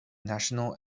national